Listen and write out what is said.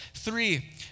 Three